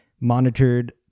monitored